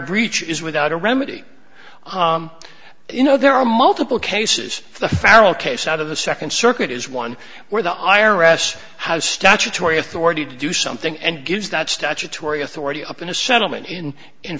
breach is without a remedy you know there are multiple cases the federal case out of the second circuit is one where the i r s has statutory authority to do something and gives that statutory authority up in a settlement in in